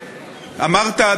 אמרת,